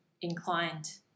inclined